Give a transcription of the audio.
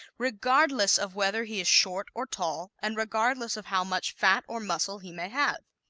regardless of whether he is short or tall and regardless of how much fat or muscle he may have.